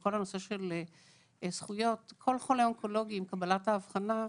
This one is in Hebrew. לכל הנושא של זכויות: עם קבלת האבחנה,